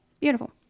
Beautiful